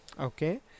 Okay